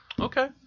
okay